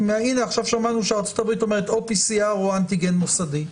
הינה עכשיו שמענו שארצות-הברית אומרת או PCR או אנטיגן מוסדי.